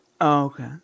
Okay